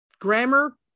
Grammar